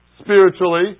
spiritually